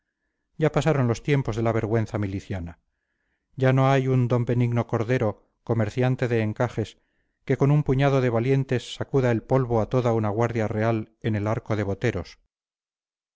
ya pasaron los tiempos de la vergüenza miliciana ya no hay un d benigno cordero comerciante de encajes que con un puñado de valientes sacuda el polvo a toda una guardia real en el arco de boteros